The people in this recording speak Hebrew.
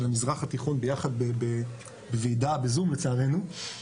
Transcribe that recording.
המזרח התיכון ביחד בוועידה בזום לצערנו,